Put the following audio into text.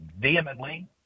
vehemently